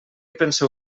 penseu